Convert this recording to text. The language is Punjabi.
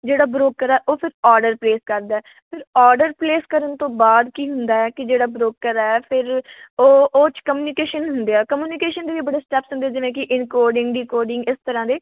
ਜਿਹੜਾ ਬ੍ਰੋਕਰ ਹੈ ਫਿਰ ਉਹ ਓਡਰ ਪਲੇਸ ਕਰਦਾ ਫਿਰ ਓਡਰ ਪਲੇਸ ਕਰਨ ਤੋਂ ਬਾਅਦ ਕੀ ਹੁੰਦਾ ਹੈ ਕਿ ਜਿਹੜਾ ਬ੍ਰੋਕਰ ਹੈ ਫਿਰ ਉਹ ਉਹ 'ਚ ਕਮਿਊਨੀਕੇਸ਼ਨ ਹੁੰਦੇ ਆ ਕਮਿਊਨੀਕੇਸ਼ਨ ਦੇ ਵੀ ਬੜੇ ਸਟੈਪਸ ਹੁੰਦੇ ਜਿਵੇਂ ਕਿ ਇਨਕੋਡਿੰਗ ਡੀਕੋਡਿੰਗ ਇਸ ਤਰ੍ਹਾਂ ਦੇ